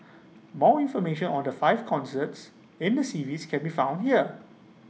more information on the five concerts in the series can be found here